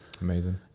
Amazing